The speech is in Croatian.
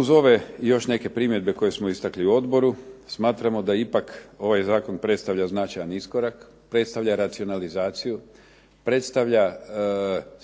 Uz ove i još neke primjedbe koje smo istakli u odboru smatramo da ipak ovaj zakon predstavlja značajan iskorak, predstavlja racionalizaciju, predstavlja